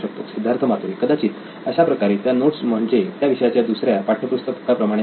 सिद्धार्थ मातुरी कदाचित अशा प्रकारे त्या नोट्स म्हणजे त्या विषयाच्या दुसऱ्या पाठ्यपुस्तकाप्रमाणे होतील